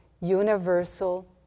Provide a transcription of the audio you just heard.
universal